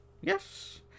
Yes